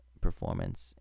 performance